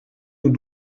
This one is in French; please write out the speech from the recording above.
nous